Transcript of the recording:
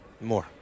more